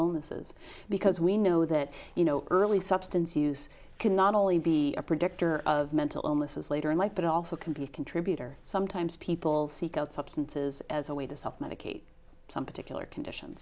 illnesses because we know that you know early substance use can not only be a predictor of mental illnesses later in life but also can be a contributor sometimes people seek out substances as a way to self medicate some particular condition